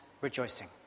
rejoicing